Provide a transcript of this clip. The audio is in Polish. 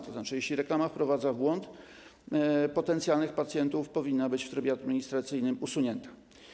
To znaczy, jeśli reklama wprowadza w błąd potencjalnych pacjentów, powinna być w trybie administracyjnym usunięta.